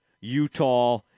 Utah